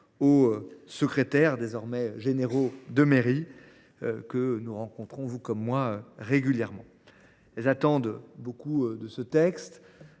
« secrétaires généraux de mairie », que nous rencontrons, vous comme moi, régulièrement. Ils attendent beaucoup de ce texte,